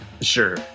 Sure